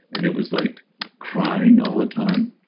and it was like crying all the time.